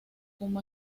como